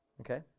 Okay